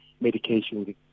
medication